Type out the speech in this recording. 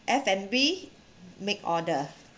F and B make order